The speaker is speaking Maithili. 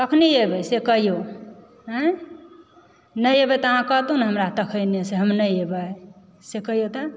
कखनी एबय से कहिऔ आयँ नहि एबए तऽ अहाँ कहितौ न हमरा तखनिसँ हम नहि एबय से कहिऔ तऽ